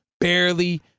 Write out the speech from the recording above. Barely